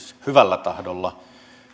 hyvällä tahdolla